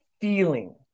feeling